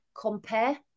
compare